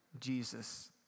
Jesus